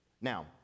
now